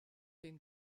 den